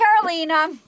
Carolina